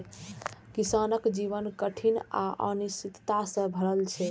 किसानक जीवन कठिनाइ आ अनिश्चितता सं भरल होइ छै